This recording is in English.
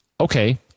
okay